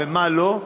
ומה לא,